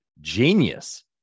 genius